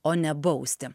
o ne bausti